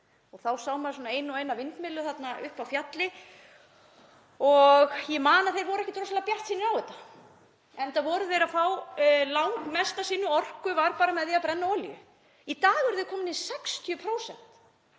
og þá sá maður svona eina og eina vindmyllu uppi á fjalli og ég man að þeir voru ekkert rosalega bjartsýnir á þetta enda voru þeir að fá langmest af sinni orku bara með því að brenna olíu. Í dag eru þeir komnir í 60%,